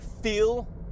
feel